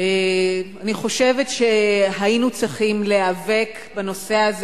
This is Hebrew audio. אני חושבת שהיינו צריכים להיאבק בנושא הזה